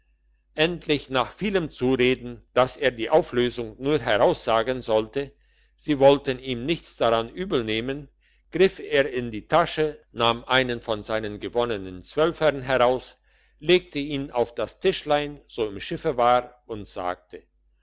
endlich nach vielem zureden dass er die auflösung nur heraussagen sollte sie wollten ihm nichts daran übelnehmen griff er in die tasche nahm einen von seinen gewonnenen zwölfern heraus legte ihn auf das tischlein so im schiffe war und sagte